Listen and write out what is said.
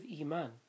iman